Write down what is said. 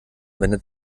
wendet